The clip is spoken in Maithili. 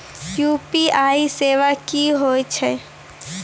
यु.पी.आई सेवा की होय छै?